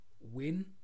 win